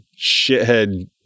shithead